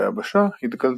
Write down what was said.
והיבשה התגלתה.